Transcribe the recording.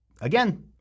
again